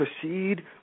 proceed